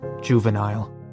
juvenile